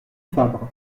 fabre